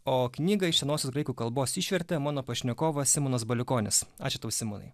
o knygą iš senosios graikų kalbos išvertė mano pašnekovas simonas baliukonis ačiū tau simonai